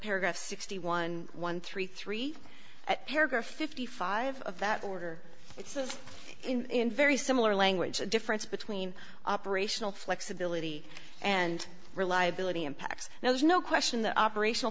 paragraph sixty one one three three paragraph fifty five of that order it says in very similar language the difference between operational flexibility and reliability impacts now there's no question the operational